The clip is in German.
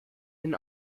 den